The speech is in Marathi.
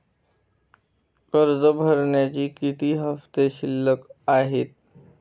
कर्ज भरण्याचे किती हफ्ते शिल्लक आहेत?